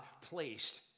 placed